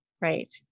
Right